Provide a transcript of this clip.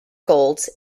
golds